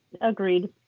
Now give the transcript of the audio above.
Agreed